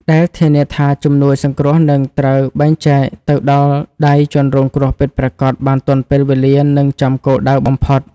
ដែលធានាថាជំនួយសង្គ្រោះនឹងត្រូវបែងចែកទៅដល់ដៃជនរងគ្រោះពិតប្រាកដបានទាន់ពេលវេលា និងចំគោលដៅបំផុត។